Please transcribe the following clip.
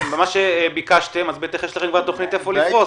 אם ביקשתם, בטח יש לכם כבר תוכנית איפה לפרוס.